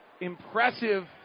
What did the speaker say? impressive